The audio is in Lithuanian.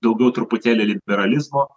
daugiau truputėlį liberalizmo